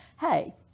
hey